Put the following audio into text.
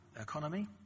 economy